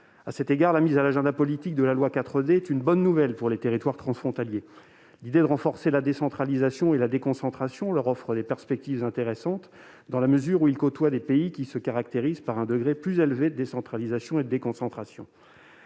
À cet égard, la mise à l'agenda politique du projet de loi 4D constitue une bonne nouvelle pour les territoires frontaliers ; l'idée de renforcer la décentralisation et la déconcentration leur offre des perspectives intéressantes, dans la mesure où ils côtoient des pays qui se caractérisent par un degré plus élevé de décentralisation et de déconcentration.